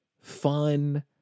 fun